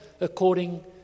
according